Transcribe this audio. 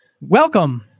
Welcome